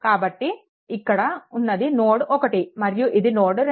కాబట్టి ఇక్కడ ఉన్నది నోడ్ 1 మరియు ఇది నోడ్ 2